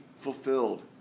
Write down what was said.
fulfilled